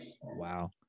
Wow